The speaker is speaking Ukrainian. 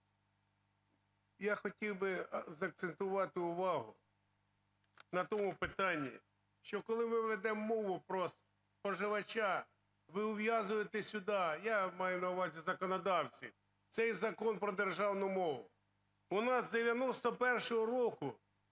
я хотів би закцентувати увагу на тому питанні, що, коли ми ведемо мову про споживача, ви ув'язуєте сюди, я маю на увазі законодавців, цей Закон про державну мову. У нас з 91-го року